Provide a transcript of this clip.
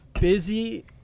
busy